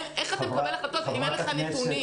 איך אתה מקבל החלטות אם אין לך נתונים?